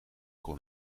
kon